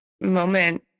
moment